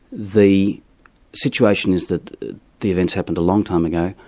the situation is that the events happened a long time ago,